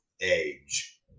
age